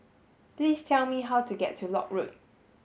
please tell me how to get to Lock Road